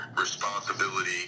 responsibility